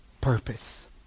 purpose